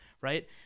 right